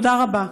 תודה רבה.